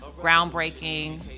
Groundbreaking